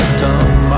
dumb